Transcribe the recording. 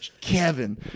Kevin